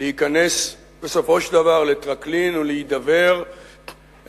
להיכנס בסופו של דבר לטרקלין ולהידבר,